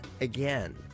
again